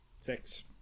Six